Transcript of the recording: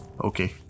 okay